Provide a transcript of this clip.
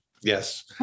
yes